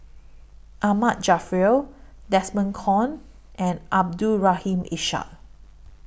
Ahmad Jaafar Desmond Kon and Abdul Rahim Ishak